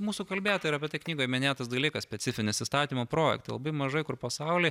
mūsų kalbėta ir apie tai knygoje minėtas dalykas specifinis įstatymų projektai labai mažai kur pasauly